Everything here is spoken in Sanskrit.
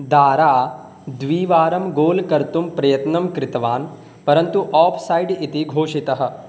दारा द्विवारं गोल् कर्तुं प्रयत्नं कृतवान् परन्तु आप् सैड् इति घोषितः